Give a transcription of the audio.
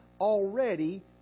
already